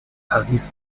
paris